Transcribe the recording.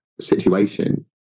situation